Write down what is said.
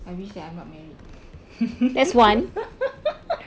I wish that I'm not married